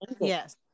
yes